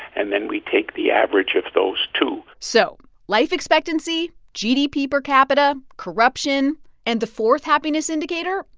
and then we take the average of those two so life expectancy, gdp per capita, corruption and the fourth happiness indicator,